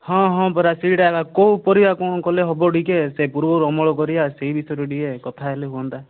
ହଁ ହଁ ପରା ସେଇଟା ଏକା କେଉଁ ପରିବା କ'ଣ କଲେ ହେବ ଟିକିଏ ସେ ପୂର୍ବରୁ ଅମଳ କରିବା ସେ ବିଷୟରେ ଟିକିଏ କଥା ହେଲେ ହୁଅନ୍ତା